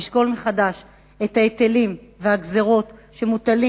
לשקול מחדש את ההיטלים והגזירות שמוטלים